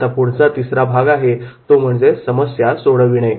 तिसरा भाग आहे समस्या सोडविणे